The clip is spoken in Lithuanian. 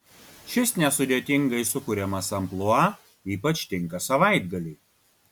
šis nesudėtingai sukuriamas amplua ypač tinka savaitgaliui